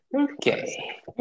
okay